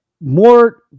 more